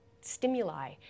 stimuli